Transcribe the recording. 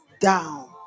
down